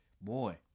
Boy